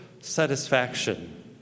satisfaction